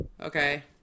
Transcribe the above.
okay